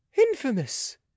infamous